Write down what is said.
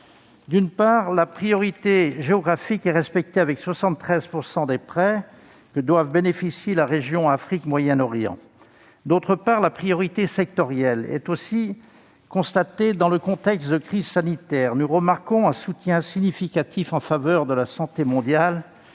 D'une part, la priorité géographique est respectée, avec 73 % des prêts qui doivent bénéficier à la région Afrique-Moyen-Orient. D'autre part, la priorité sectorielle est aussi constatée dans le contexte de crise sanitaire. Nous remarquons un soutien significatif en faveur de la santé mondiale,